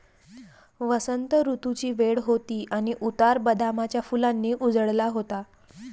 वसंत ऋतूची वेळ होती आणि उतार बदामाच्या फुलांनी उजळला होता